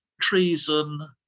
treason